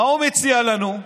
מה הוא מציע לנו?